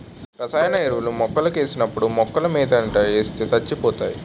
రసాయన ఎరువులు మొక్కలకేసినప్పుడు మొక్కలమోదంట ఏస్తే సచ్చిపోతాయి